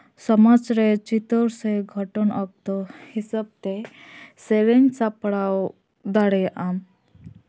ᱥᱚᱢᱟᱡᱽ ᱨᱮ ᱪᱤᱛᱟᱹᱨ ᱥᱮ ᱜᱷᱚᱴᱚᱱ ᱚᱠᱛᱚ ᱦᱤᱥᱟᱹᱵ ᱛᱮ ᱥᱮᱨᱮᱧ ᱥᱟᱯᱲᱟᱣ ᱫᱟᱲᱮᱭᱟᱜ ᱟᱢ